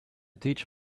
teach